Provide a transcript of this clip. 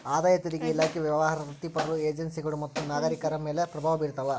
ಆದಾಯ ತೆರಿಗೆ ಇಲಾಖೆಯು ವ್ಯವಹಾರ ವೃತ್ತಿಪರರು ಎನ್ಜಿಒಗಳು ಮತ್ತು ನಾಗರಿಕರ ಮೇಲೆ ಪ್ರಭಾವ ಬೀರ್ತಾವ